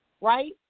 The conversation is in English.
right